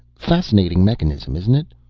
fascinating mechanism, isn't it?